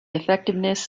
effectiveness